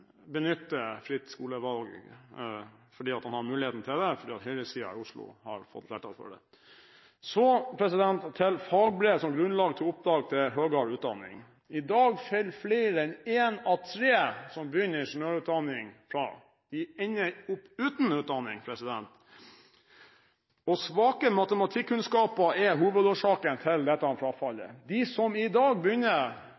fritt skolevalg, fordi han har mulighet til det ettersom høyresiden i Oslo har fått flertall for det. Så til fagbrev som grunnlag for opptak til høyere utdanning: I dag er det slik at flere enn én av tre som begynner på ingeniørutdanning, faller fra. De ender opp uten utdanning, og svake matematikkunnskaper er hovedårsaken til dette